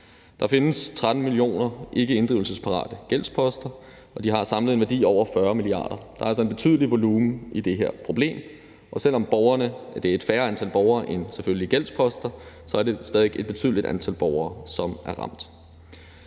Der findes 13 millioner ikkeinddrivelsesparate gældsposter, og de har samlet en værdi af over 40 mia. kr. Der er altså en betydelig volumen i det her problem, og selv om det selvfølgelig er et færre antal borgere end antal gældsposter, er det stadig væk et betydeligt antal borgere, som er ramt.